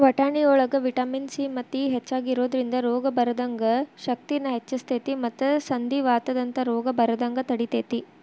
ವಟಾಣಿಯೊಳಗ vitamin C ಮತ್ತು E ಹೆಚ್ಚಾಗಿ ಇರೋದ್ರಿಂದ ರೋಗ ಬರದಂಗ ಶಕ್ತಿನ ಹೆಚ್ಚಸ್ತೇತಿ ಮತ್ತ ಸಂಧಿವಾತದಂತ ರೋಗ ಬರದಂಗ ತಡಿತೇತಿ